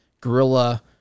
guerrilla